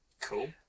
Cool